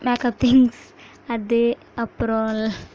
makeup things அது அப்புறம்